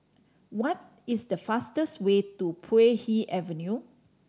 what is the fastest way to Puay Hee Avenue